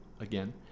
Again